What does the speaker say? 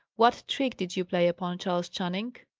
what trick did you play upon charles channing?